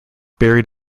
buried